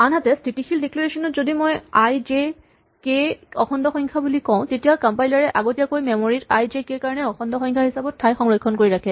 আনহাতে স্হিতিশীল ডিক্লেৰেচন ত যদি মই আই জে কে ক অখণ্ড সংখ্যা বুলি কওঁ তেতিয়া কম্পাইলাৰ এ আগতীয়াকৈ মেমৰী ত আই জে কে ৰ কাৰণে অখণ্ড সংখ্যা হিচাপে ঠাই সংক্ষৰণ কৰি ৰাখে